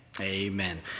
Amen